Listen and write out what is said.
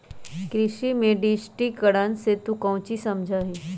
कृषि में डिजिटिकरण से तू काउची समझा हीं?